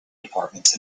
department